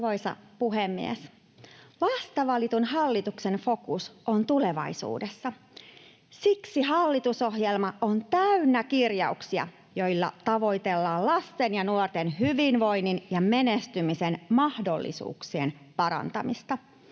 Arvoisa puhemies! Vasta valitun hallituksen fokus on tulevaisuudessa. Siksi hallitusohjelma on täynnä kirjauksia, joilla tavoitellaan lasten ja nuorten hyvinvoinnin ja menestymisen mahdollisuuksien parantamista.